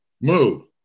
Move